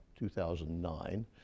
2009